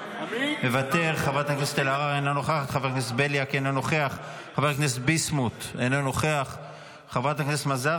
אינה נוכחת, חבר הכנסת מאיר